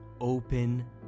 open